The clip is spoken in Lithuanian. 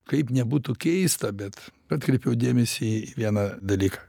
kaip nebūtų keista bet atkreipiau dėmesį į vieną dalyką